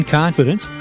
confidence